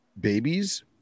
babies